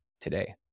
today